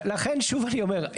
לכן שוב אני אומר.